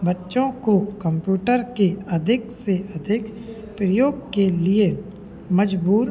बच्चों को कम्प्यूटर के अधिक से अधिक प्रयोग के लिए मजबूर